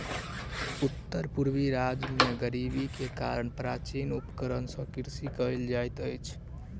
उत्तर पूर्वी राज्य में गरीबी के कारण प्राचीन उपकरण सॅ कृषि कयल जाइत अछि